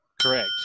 Correct